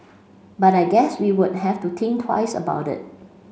but I guess we would have to think twice about it